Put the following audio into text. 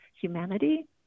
humanity